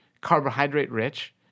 carbohydrate-rich